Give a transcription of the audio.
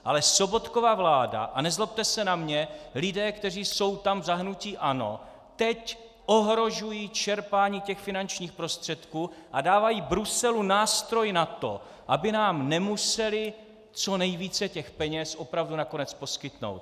Ale Sobotkova vláda, a nezlobte se na mne, lidé, kteří jsou tam za hnutí ANO, teď ohrožují čerpání těch finančních prostředků a dávají Bruselu nástroj na to, aby nám nemuseli co nejvíc těch peněz opravdu nakonec poskytnout.